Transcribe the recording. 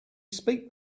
speak